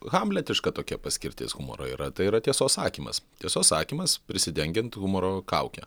hamletiška tokia paskirtis humoro yra tai yra tiesos sakymas tiesos sakymas prisidengiant humoro kauke